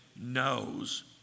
knows